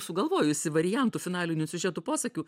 sugalvojusi variantų finalinių siužetų posakių